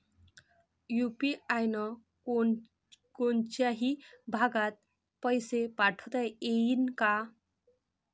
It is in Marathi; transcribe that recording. यू.पी.आय न कोनच्याही भागात पैसे पाठवता येईन का?